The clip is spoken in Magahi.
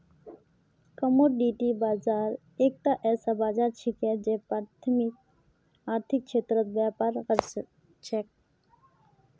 कमोडिटी बाजार एकता ऐसा बाजार छिके जे प्राथमिक आर्थिक क्षेत्रत व्यापार कर छेक